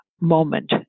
moment